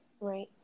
Right